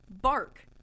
bark